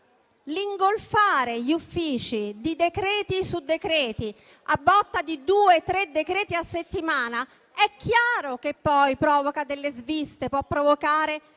ingolfiamo gli uffici di decreti su decreti, a botta di due o tre decreti alla settimana, questo poi provoca delle sviste e può provocare